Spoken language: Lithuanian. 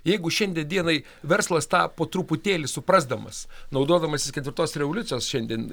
jeigu šiandien dienai verslas tą po truputėlį suprasdamas naudodamasis ketvirtos revoliucijos šiandien